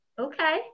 Okay